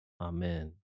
Amen